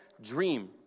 dream